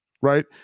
Right